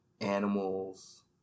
animals